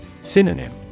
Synonym